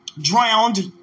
drowned